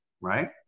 right